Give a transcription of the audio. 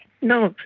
no,